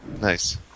Nice